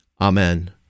Amen